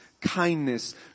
kindness